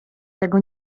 tego